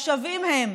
שווים הם,